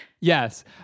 Yes